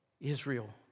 Israel